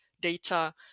data